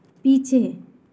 पीछे